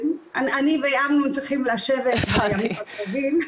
אני ואמנון צריכים לשבת בימים הקרובים.